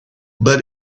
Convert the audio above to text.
but